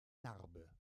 narbe